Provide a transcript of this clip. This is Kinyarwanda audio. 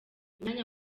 imyanya